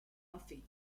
buffy